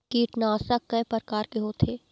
कीटनाशक कय प्रकार के होथे?